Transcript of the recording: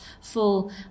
full